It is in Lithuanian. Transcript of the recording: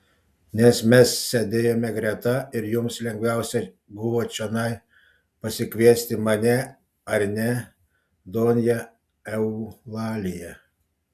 nes mes sėdėjome greta ir jums lengviausia buvo čionai pasikviesti mane ar ne donja eulalija